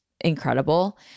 incredible